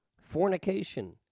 fornication